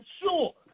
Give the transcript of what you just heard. sure